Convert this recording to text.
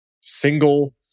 single